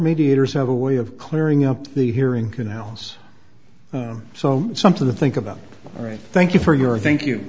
mediators have a way of clearing up the hearing canals so it's something to think about all right thank you for your thank you